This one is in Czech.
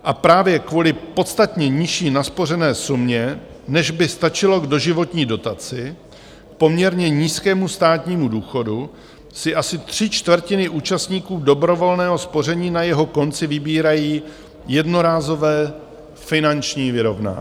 A právě kvůli podstatně nižší naspořené sumě, než by stačilo k doživotní dotaci k poměrně nízkému státnímu důchodu, si asi tři čtvrtiny účastníků dobrovolného spoření na jeho konci vybírají jednorázové finanční vyrovnání.